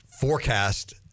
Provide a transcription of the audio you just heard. forecast